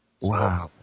Wow